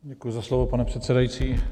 Děkuji za slovo, pane předsedající.